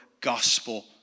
gospel